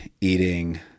eating